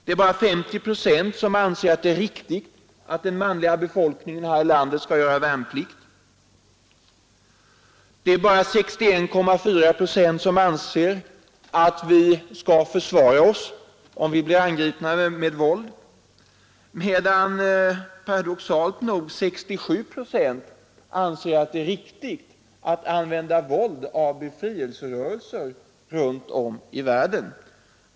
Endast 50 procent anser det vara riktigt att den manliga befolkningen i landet skall göra värnplikt. Det är bara 61,4 procent som anser att vi skall försvara oss om vi blir angripna med våld, medan paradoxalt nog 67 procent anser att det är riktigt av befrielserörelser att använda våld runt om i världen.